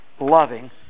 loving